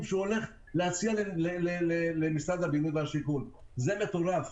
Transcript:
שהוא הולך להציע למשרד הבינוי והשיכון - זה מטורף.